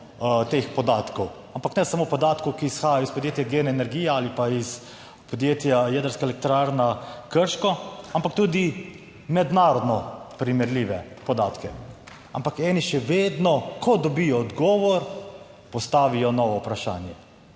teh podatkov, ampak ne samo podatkov, ki izhajajo iz podjetja GEN Energija ali pa iz podjetja Jedrska elektrarna Krško, ampak tudi mednarodno primerljive podatke. Ampak eni še vedno, ko dobijo odgovor postavijo novo vprašanje.